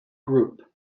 group